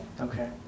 okay